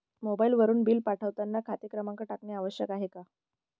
मोबाईलवरून बिल पाठवताना खाते क्रमांक टाकणे आवश्यक आहे का?